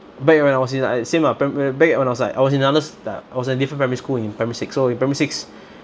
back when I was in I same lah prima~ back and I was like I was in others t~ I was in different primary school in primary six so in primary six